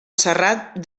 serrat